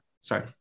sorry